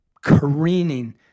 Careening